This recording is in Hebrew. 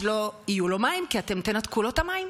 אז לא יהיו לו מים כי אתם תנתקו לו את המים,